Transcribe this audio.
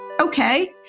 Okay